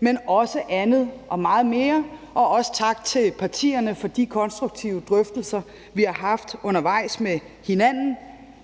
men også andet og meget mere. Så tak til partierne for de konstruktive drøftelser, vi har haft undervejs med hinanden.